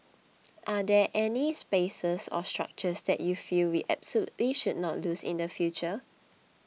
are there any spaces or structures that you feel we absolutely should not lose in the future